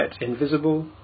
invisible